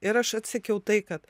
ir aš atsekiau tai kad